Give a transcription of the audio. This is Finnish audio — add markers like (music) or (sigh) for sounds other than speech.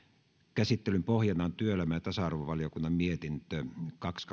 käsittelyn pohjana on työelämä ja tasa arvovaliokunnan mietintö kaksi (unintelligible)